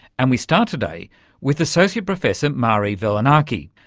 and we start today with associate professor mari velonaki,